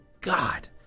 God